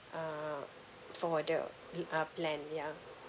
uh for the pl~ uh plan yeah